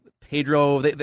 Pedro